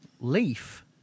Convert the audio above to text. leaf